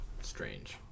strange